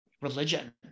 religion